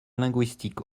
linguistique